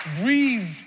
breathe